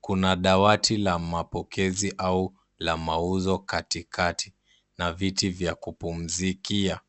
Kuna dawati la mapokezi au la mauzo katikati na viti vya kupumzikia.